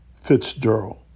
Fitzgerald